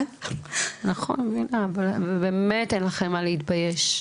אני מבינה אבל באמת אין לכם מה להתבייש.